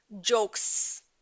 Jokes